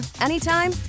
anytime